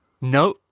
No